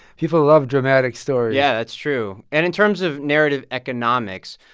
people love dramatic stories yeah, that's true. and in terms of narrative economics,